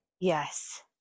Yes